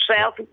South